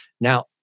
now